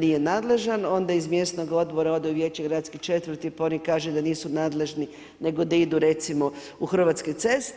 nije nadležan, onda iz mjesnih odbra ode u vijeće gradskih četvrti pa oni kažu da nisu nadležni, nego da idu recimo u Hrvatske ceste.